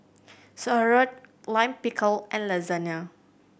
Sauerkraut Lime Pickle and Lasagna